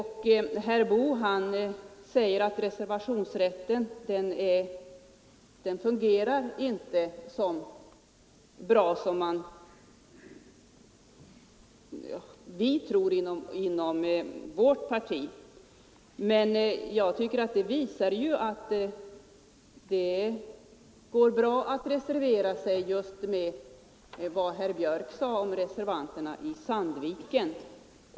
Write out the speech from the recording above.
Herr Boo säger att reservationsrätten inte fungerar så bra som vi tror inom vårt parti. Men just vad herr Björck sade om reservanterna i Sandviken visar ju att det går bra att reservera sig.